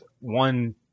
one